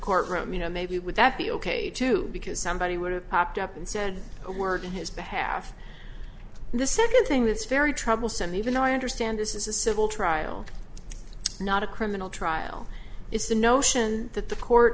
courtroom you know maybe would that be ok too because somebody would have popped up and said a word in his behalf and the second thing that's very troublesome even though i understand this is a civil trial not a criminal trial is the notion that the court